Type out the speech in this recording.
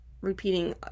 repeating